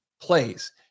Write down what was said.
plays